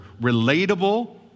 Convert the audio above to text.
relatable